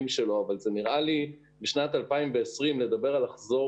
שלו אבל נראה לי שבשנת 2020 לדבר על לחזור